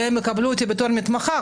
והם יקבלו אותי בתור מתמחה,